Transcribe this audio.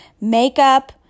Makeup